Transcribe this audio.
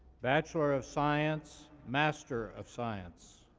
bachelor of science master of science,